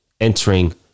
entering